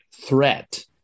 threat